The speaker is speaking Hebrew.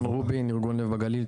אני מארגון לב הגליל.